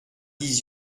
dix